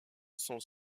son